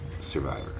Survivor